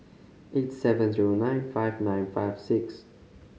eight seven zero nine five nine five six